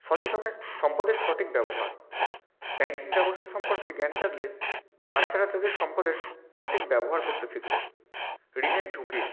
সচেতনে সম্পদের সঠিক ব্যবহার ব্যাংকিং ব্যবস্থা সম্পর্কে জ্ঞান থাকলে বাচ্চারা তাদের সম্পদের সঠিক ব্যবহার করতে শিখবে ঋণের ঝুঁকি